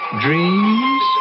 dreams